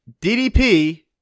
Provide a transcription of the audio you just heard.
DDP